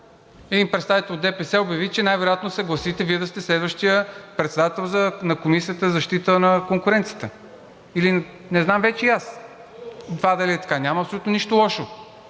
един представител от ДПС обяви, че най-вероятно се гласите Вие да сте следващият председател на Комисията за защита на конкуренцията, или не знам вече и аз това дали е така. Няма абсолютно нищо лошо.